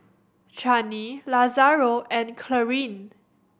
Chanie Lazaro and Clarine